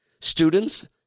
students